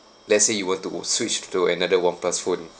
let's say you were to would switch to another oneplus phone